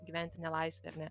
gyventi nelaisvėj ar ne